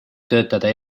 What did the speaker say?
töötada